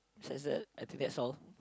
besides that I think that's all